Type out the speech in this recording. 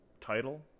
title